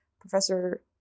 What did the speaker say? Professor